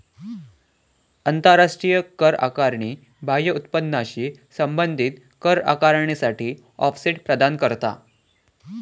आंतराष्ट्रीय कर आकारणी बाह्य उत्पन्नाशी संबंधित कर आकारणीसाठी ऑफसेट प्रदान करता